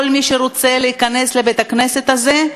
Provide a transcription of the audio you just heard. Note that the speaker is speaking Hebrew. כל מי שרוצה להיכנס לבית-הכנסת הזה,